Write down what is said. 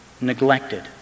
neglected